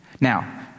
Now